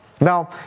Now